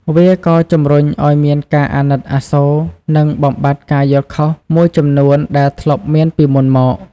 វាក៏ជំរុញឲ្យមានការអាណិតអាសូរ និងបំបាត់ការយល់ខុសមួយចំនួនដែលធ្លាប់មានពីមុនមក។